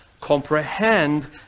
comprehend